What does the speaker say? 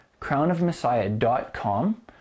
crownofmessiah.com